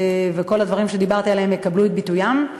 וכל הדברים שדיברתי עליהם יקבלו את ביטוים,